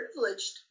privileged